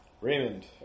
Raymond